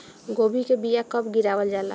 गोभी के बीया कब गिरावल जाला?